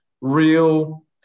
real